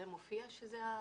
בתוך החוק מופיע שזו ההעדפה?